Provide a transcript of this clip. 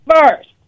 first